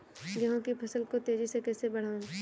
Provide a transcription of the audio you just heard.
गेहूँ की फसल को तेजी से कैसे बढ़ाऊँ?